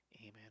amen